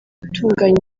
atunganya